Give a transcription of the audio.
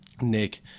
Nick